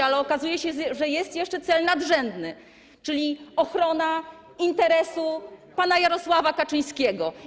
Ale okazuje się, że jest jeszcze cel nadrzędny, czyli ochrona interesu pana Jarosława Kaczyńskiego.